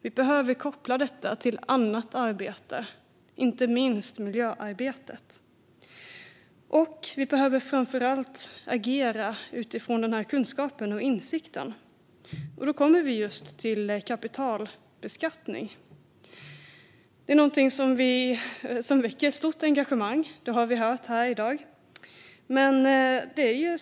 Vi behöver koppla detta till annat arbete, inte minst miljöarbetet. Framför allt behöver vi agera utifrån denna kunskap och insikt. Då kommer vi just till kapitalbeskattning. Att det är någonting som väcker stort engagemang har vi hört här i dag.